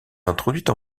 introduite